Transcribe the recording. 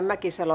kiitos